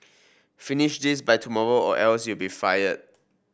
finish this by tomorrow or else you'll be fired